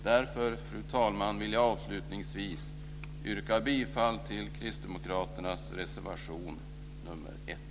Därför, fru talman, vill jag avslutningsvis yrka bifall till kristdemokraternas reservation nr 1.